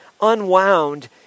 unwound